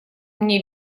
мне